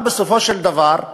בסופו של דבר,